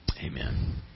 Amen